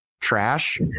trash